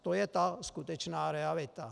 To je ta skutečná realita.